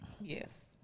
Yes